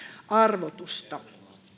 arvotusta